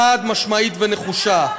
חד-משמעית ונחושה.